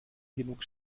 genug